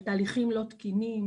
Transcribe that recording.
על תהליכים לא תקינים,